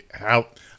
out